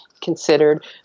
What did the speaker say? considered